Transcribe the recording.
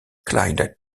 clyde